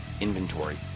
inventory